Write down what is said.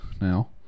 now